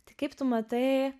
tai kaip tu matai